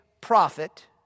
Prophet